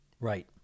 Right